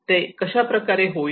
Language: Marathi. ते कशा प्रकारे होईल